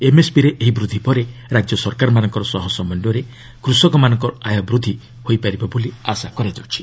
ଏମ୍ଏସ୍ପିରେ ଏହି ବୃଦ୍ଧି ପରେ ରାଜ୍ୟ ସରକାରମାନଙ୍କ ସହ ସମନ୍ୱୟରେ କୃଷକମାନଙ୍କ ଆୟ ବୃଦ୍ଧି ହୋଇପାରିବ ବୋଲି ଆଶା କରାଯାଉଛି